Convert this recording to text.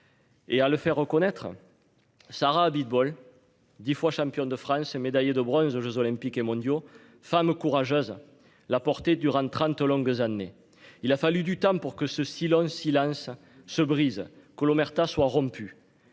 Et à le faire reconnaître. Sarah Abitbol 10 fois championne de France et médaillé de bronze aux Jeux olympiques et mondiaux femme courageuse. La portée du durant 30 longues années. Il a fallu du temps pour que ce silence, silence se brise que l'omerta soit rompu.